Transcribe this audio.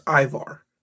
Ivar